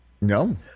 No